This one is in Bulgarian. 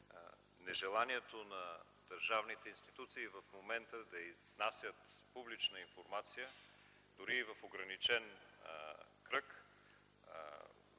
нежеланието на държавните институции в момента да изнасят публично информация дори в ограничен кръг